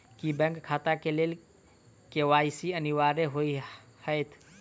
की bank खाता केँ लेल के.वाई.सी अनिवार्य होइ हएत?